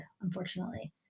unfortunately